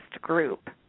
group